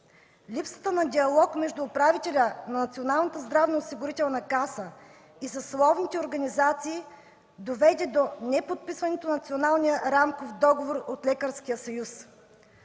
Липсата на диалог между управителя на Националната здравноосигурителна каса и съсловните организации доведе до неподписването на Националния рамков договор от Лекарския съюз.